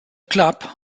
club